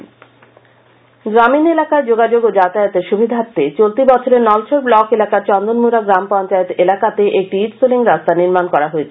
রাস্তা নির্মাণ গ্রামীণ এলাকায় যোগাযোগ ও যাতায়াতের সুবিধার্থে চলতি বছরে নলছড ব্লক এলাকার চন্দনমুডা গ্রাম পঞ্চায়েত এলাকাতে একটি ইট সলিং রাস্তা নির্মাণ করা হয়েছে